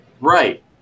Right